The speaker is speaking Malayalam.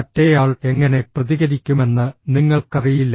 മറ്റേയാൾ എങ്ങനെ പ്രതികരിക്കുമെന്ന് നിങ്ങൾക്കറിയില്ല